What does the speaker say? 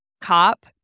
cop